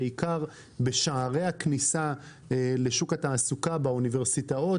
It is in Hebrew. בעיקר בשערי הכניסה לשוק התעסוקה באוניברסיטאות,